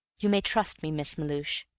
you may trust me, miss melhuish.